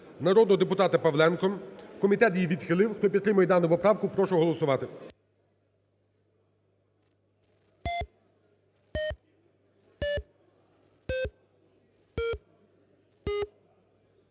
народного депутата Павленка. Комітет її відхилив. Хто підтримує дану поправку, прошу голосувати.